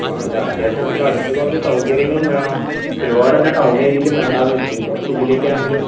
ആ ആല്ല അത്യാവശ്യം നമുക്കടുത്ത് കുറച്ച് സൗകര്യങ്ങളും വേണം ഒരുപാടെന്നാൽ ടൗൺ ഏരിയയിലും വേണ്ടെന്ന് വച്ച് കുറച്ചുള്ളിലേക്കാണെങ്കിലും